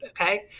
Okay